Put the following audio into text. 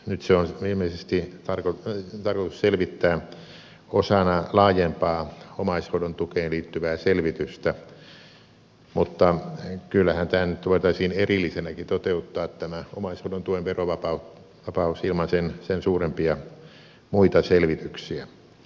nyt se on ilmeisesti tarkoitus selvittää osana laajempaa omaishoidon tukeen liittyvää selvitystä mutta kyllähän voitaisiin erillisenäkin toteuttaa tämä omaishoidon tuen verovapaus ilman sen suurempia muita selvityksiä